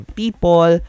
people